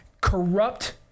corrupt